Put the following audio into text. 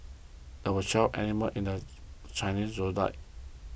there are twelve animals in the Chinese zodiac